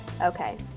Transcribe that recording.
okay